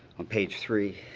on page three,